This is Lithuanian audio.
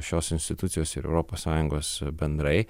šios institucijos ir europos sąjungos bendrai